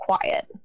quiet